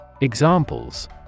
Examples